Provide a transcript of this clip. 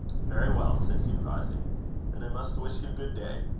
very well, said hugh, rising then i must wish you good day.